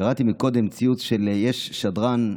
קראתי קודם ציוץ של, יש שדרן רדיו,